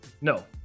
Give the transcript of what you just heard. No